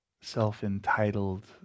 self-entitled